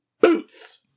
Boots